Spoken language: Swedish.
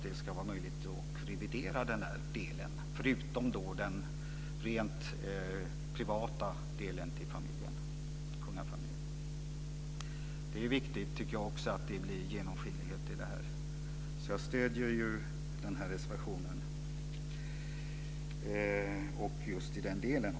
Det ska vara möjligt att revidera en del av apanaget, förutom den rent privata delen till kungafamiljen. Det är viktigt att det blir genomskinlighet. Jag stöder reservationen också i den delen.